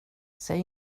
säg